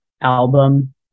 album